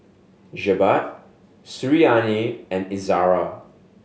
Jebat Suriani and Izzara